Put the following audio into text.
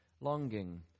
longing